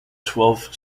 twelfth